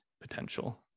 potential